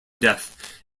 death